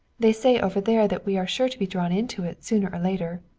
they say over there that we are sure to be drawn into it sooner or later.